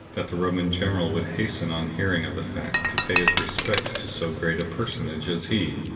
that the roman general would hasten, on hearing of the fact, to pay his respects to so great a personage as he,